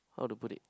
how to put it